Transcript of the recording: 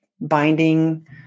binding